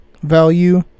Value